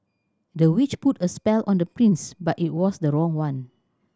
the witch put a spell on the prince but it was the wrong one